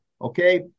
okay